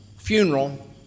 funeral